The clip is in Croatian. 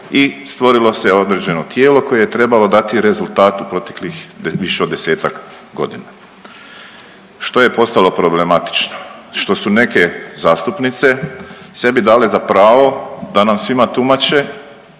i stvorilo se određeno tijelo koje je trebalo dati rezultat u proteklih više od 10-ak godina. Što je postalo problematično? Što su neke zastupnice sebi dale za pravo da nam svima tumače